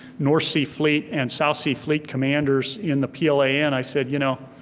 north sea fleet and south sea fleet commanders in the plan, i said you know,